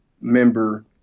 member